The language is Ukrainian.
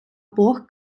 бог